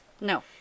No